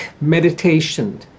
meditation